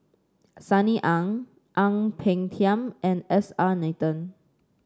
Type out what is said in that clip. Sunny Ang Ang Peng Tiam and S R Nathan